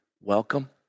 welcome